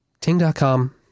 Ting.com